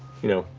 you know,